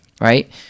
Right